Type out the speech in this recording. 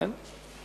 כן.